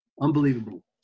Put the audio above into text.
Unbelievable